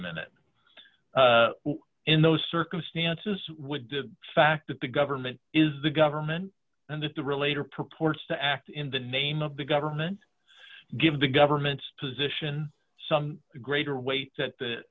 a minute in those circumstances would the fact that the government is the government and if the relator purports to act in the name of the government give the government's position some greater weight that the